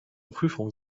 prüfung